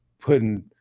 putting